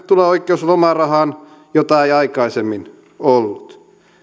tulee oikeus lomarahaan jota ei aikaisemmin ollut